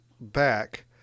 back